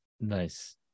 Nice